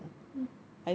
mm